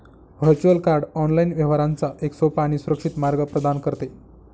virtual card online व्यवहारांचा एक सोपा आणि सुरक्षित मार्ग प्रदान करते